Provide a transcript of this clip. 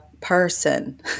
person